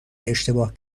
اشتباه